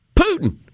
Putin